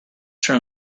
turn